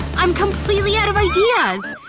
i'm completely out of ideas.